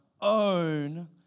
own